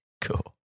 Cool